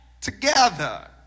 together